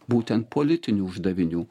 būtent politinių uždavinių